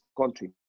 country